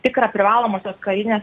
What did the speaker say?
tikrą privalomosios karinės